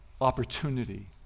opportunity